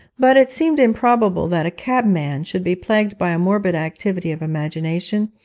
but it seemed improbable that a cabman should be plagued by a morbid activity of imagination,